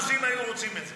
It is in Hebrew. כמה אחוזים היו רוצים את זה?